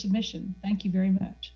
submission thank you very much